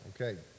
Okay